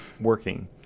working